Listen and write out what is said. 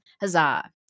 Huzzah